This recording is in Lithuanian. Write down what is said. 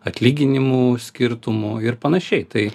atlyginimų skirtumų ir panašiai tai